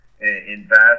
invest